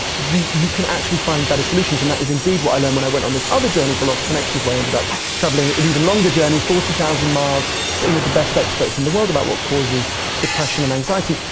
you you can actually find better solutions, and that is indeed what i learned when i went on this other journey for lost connections, where i ended up travelling an and even longer journey, forty thousand miles, sitting with the best experts in the world about what causes depression and anxiety.